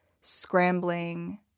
scrambling